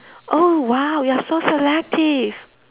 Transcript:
oh !wow! you are so selective